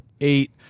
eight